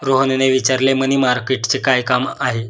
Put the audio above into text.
रोहनने विचारले, मनी मार्केटचे काय काम आहे?